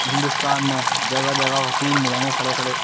ہندوستان میں جگہ جگہ وکیل ملیں گے کھڑے کھڑے